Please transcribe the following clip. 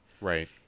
Right